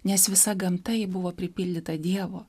nes visa gamta ji buvo pripildyta dievo